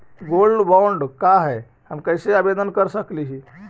Gold bond का है, हम कैसे आवेदन कर सकली ही?